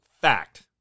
fact